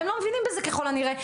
הם לא מבינים בזה ככל הנראה,